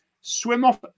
Swim-off